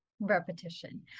Repetition